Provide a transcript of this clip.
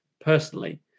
Personally